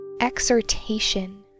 exhortation